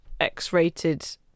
X-rated